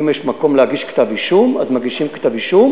אם יש מקום להגיש כתב אישום אז מגישים כתב אישום,